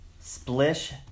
Splish